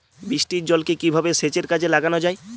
বৃষ্টির জলকে কিভাবে সেচের কাজে লাগানো য়ায়?